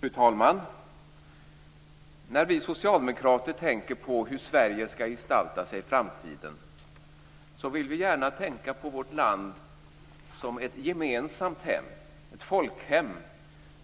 Fru talman! När vi socialdemokrater tänker på hur Sverige skall gestalta sig i framtiden vill vi gärna tänka på vårt land som ett gemensamt hem, ett folkhem,